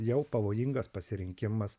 jau pavojingas pasirinkimas